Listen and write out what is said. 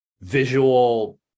visual